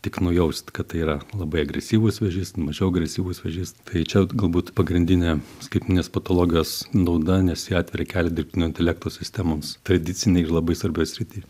tik nujaust kad tai yra labai agresyvus vėžys mažiau agresyvus vėžys tai čia galbūt pagrindinė skaitmeninės patologijos nauda nes ji atveria kelią dirbtinio intelekto sistemoms tradicinėj ir labai svarbioj srity